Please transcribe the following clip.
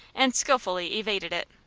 and skillfully evaded it.